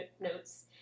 notes